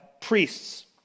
priests